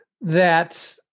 that-